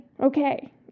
Okay